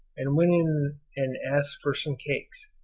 and went in and asked for some cakes,